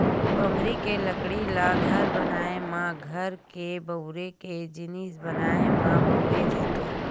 बमरी के लकड़ी ल घर बनाए म, घर के बउरे के जिनिस बनाए म बउरे जाथे